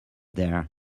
there